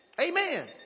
Amen